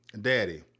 Daddy